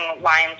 lines